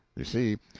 you see,